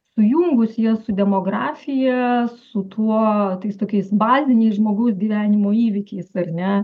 sujungus jas su demografija su tuo tais tokiais baziniais žmogaus gyvenimo įvykiais ar ne